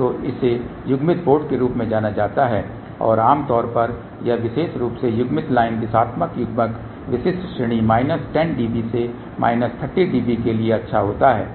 तो इसे युग्मित पोर्ट के रूप में जाना जाता है और आमतौर पर यह विशेष रूप से युग्मित लाइन दिशात्मक युग्मक विशिष्ट श्रेणी माइनस 10 dB से माइनस 30 dB के लिए अच्छा होता है